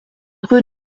rue